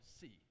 see